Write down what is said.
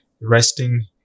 resting